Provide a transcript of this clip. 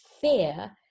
fear